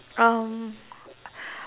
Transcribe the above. um